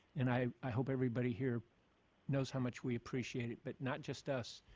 and i i hope everybody here knows how much we appreciate it, but not just us,